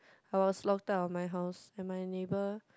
I was locked out of my house and my neighbor